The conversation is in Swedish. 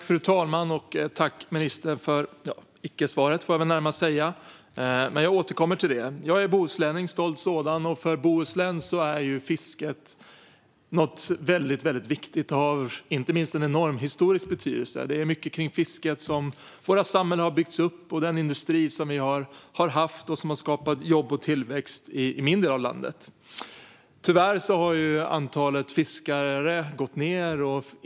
Fru talman! Tack, ministern, för icke-svaret, får jag väl närmast säga. Men jag återkommer till det. Jag är stolt bohuslänning. För Bohuslän är fisket något väldigt viktigt; inte minst har det en enorm historisk betydelse. Det är till stor del kring fisket som våra samhällen har byggts upp. Detsamma gäller för den industri som vi har haft, som har skapat jobb och tillväxt i min del av landet. Tyvärr har antalet fiskare gått ned.